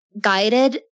guided